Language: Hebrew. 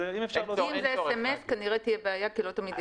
אם זה SMS, כנראה תהיה בעיה כי לא תמיד